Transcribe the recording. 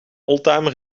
oldtimer